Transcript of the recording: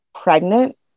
pregnant